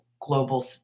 global